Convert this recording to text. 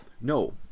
No